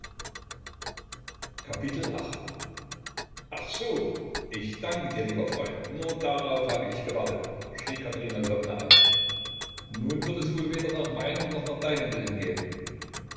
ach so ich danke dir lieber freund nur darauf habe ich gewartet schrie katerina lwowna auf nun wird es wohl weder nach meinem noch nach deinem willen gehen